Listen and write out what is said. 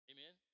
Amen